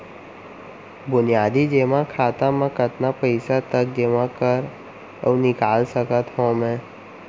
बुनियादी जेमा खाता म कतना पइसा तक जेमा कर अऊ निकाल सकत हो मैं?